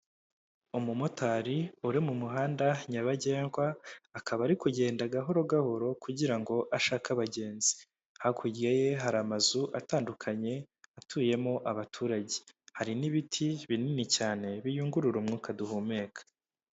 Umumotari uri mu muhanda nyabagendwa, akaba ari kugenda gahoro gahoro, kugira ngo ashake abagenzi. Hakurya ye hari amazu atandukanye, atuyemo abaturage. Hari n'ibiti binini cyane, biyungurura umwuka duhumeka.